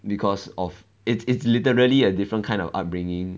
because of it's it's literally a different kind of upbringing